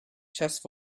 chest